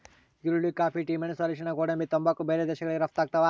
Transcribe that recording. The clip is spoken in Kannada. ಈರುಳ್ಳಿ ಕಾಫಿ ಟಿ ಮೆಣಸು ಅರಿಶಿಣ ಗೋಡಂಬಿ ತಂಬಾಕು ಬೇರೆ ಬೇರೆ ದೇಶಗಳಿಗೆ ರಪ್ತಾಗ್ತಾವ